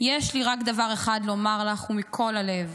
"יש לי רק דבר אחד לומר לך ומכל הלב: